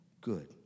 good